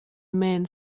men